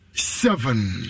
Seven